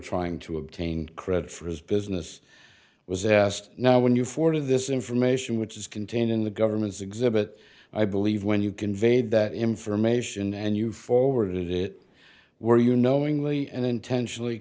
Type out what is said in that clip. trying to obtain credit for his business was asked now when you forgive this information which is contained in the government's exhibit i believe when you conveyed that information and you forwarded it were you knowingly and intentionally